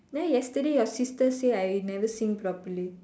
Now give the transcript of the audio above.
then yesterday you sister say I never sing properly